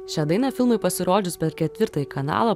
šią dainą filmui pasirodžius per ketvirtąjį kanalą